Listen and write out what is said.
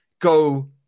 go